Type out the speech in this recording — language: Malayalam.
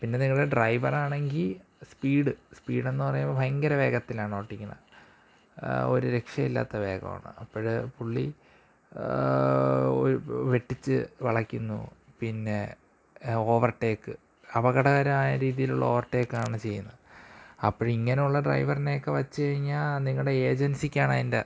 പിന്നെ നിങ്ങളുടെ ഡ്രൈവറാണെങ്കില് സ്പീഡ് സ്പീഡെന്ന് പറയുമ്പോള് ഭയങ്കര വേഗത്തിലാണ് ഓട്ടിക്കണ ഒരു രക്ഷയില്ലാത്ത വേഗമാണ് അപ്പോള് പുള്ളി വെട്ടിച്ച് വളയ്ക്കുന്നു പിന്നെ ഓവർടേക്ക് അപകടകരമായ രീതിയിലുള്ള ഓവർടേക്കാണ് ചെയ്യുന്നത് അപ്പോഴിങ്ങനെയുള്ള ഡ്രൈവറിനെയൊക്കെ വച്ചുകഴിഞ്ഞാല് നിങ്ങളുടെ എജൻസിക്കാണ് അതിന്റെ